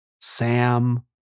Sam